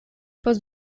post